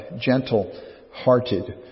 gentle-hearted